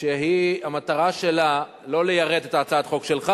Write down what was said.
שהמטרה שלה לא ליירט את הצעת החוק שלך,